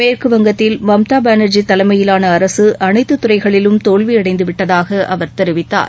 மேற்குவங்கத்தில் செல்வி மம்தா பானர்ஜி தலைமையிலான அரசு அனைத்து துறைகளிலும் தோல்வி அடைந்துவிட்டதாக அவர் தெரிவித்தார்